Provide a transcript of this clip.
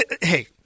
Hey